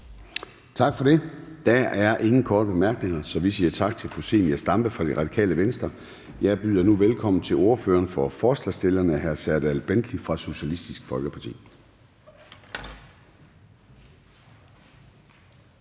Gade): Der er ingen korte bemærkninger, så vi siger tak til fru Zenia Stampe fra Radikale Venstre. Jeg byder nu velkommen til ordføreren for forslagsstillerne, hr. Serdal Benli fra Socialistisk Folkeparti.